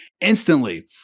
instantly